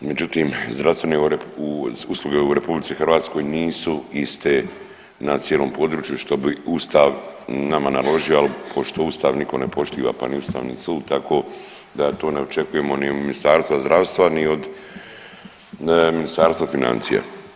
Međutim, zdravstvene usluge u Republici Hrvatskoj nisu iste na cijelom području što bi Ustav nama naložio, ali pošto Ustav nitko ne poštiva, pa ni Ustavni sud tako da to ne očekujemo ni od Ministarstva zdravstva ni od Ministarstva financija.